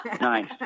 Nice